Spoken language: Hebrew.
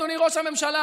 אדוני ראש הממשלה,